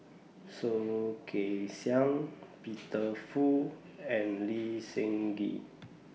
Soh Kay Siang Peter Fu and Lee Seng Gee